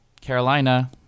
Carolina